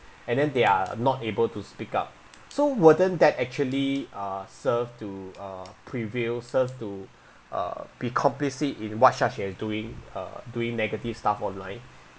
and then they are not able to speak up so wouldn't that actually uh serve to uh prevail serve to uh be complicit in what xiaxue is doing uh doing negative stuff online